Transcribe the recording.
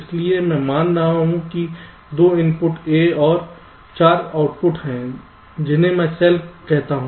इसलिए मैं मान रहा हूं कि 2 इनपुट a हैं और 4 आउटपुट हैं जिन्हें मैं सेल कहता हूं